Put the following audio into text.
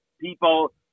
people